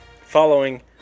following